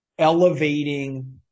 elevating